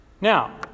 Now